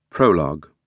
Prologue